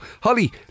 Holly